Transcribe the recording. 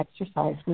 exercise